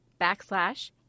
backslash